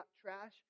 trash